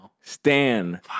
Stan